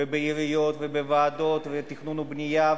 בעיריות ובוועדות לתכנון ובנייה,